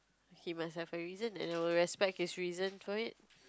he must have a reason and I will respect his reason for it